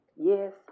yes